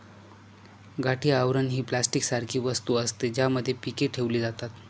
गाठी आवरण ही प्लास्टिक सारखी वस्तू असते, ज्यामध्ये पीके ठेवली जातात